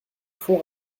fond